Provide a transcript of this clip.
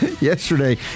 Yesterday